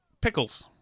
Pickles